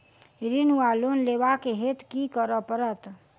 ऋण वा लोन लेबाक हेतु की करऽ पड़त?